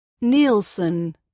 Nielsen